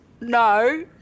No